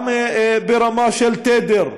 גם ברמה של התדר.